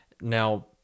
Now